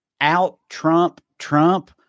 Out-Trump-Trump